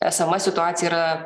esama situacija yra